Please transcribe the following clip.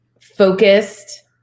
focused